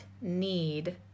need